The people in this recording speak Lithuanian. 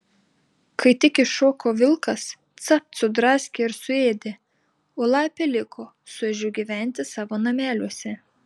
kai tik iššoko vilkas capt sudraskė ir suėdė o lapė liko su ežiu gyventi savo nameliuose